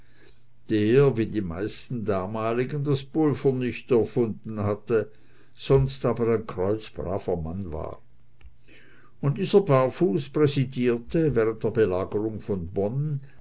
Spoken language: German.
der wie die meisten damaligen das pulver nicht erfunden hatte sonst aber ein kreuzbraver mann war und dieser barfus präsidierte während der belagerung von bonn